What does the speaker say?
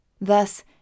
Thus